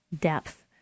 depth